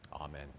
amen